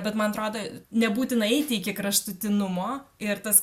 bet man atrodo nebūtina eiti iki kraštutinumo ir tas